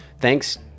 Thanks